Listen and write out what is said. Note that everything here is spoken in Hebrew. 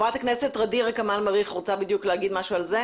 חברת הכנסת ע'דיר כמאל מריח רוצה בדיוק להגיד משהו על זה.